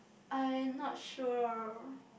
I not sure